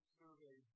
survey